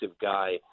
guy